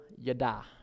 yada